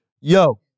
Yo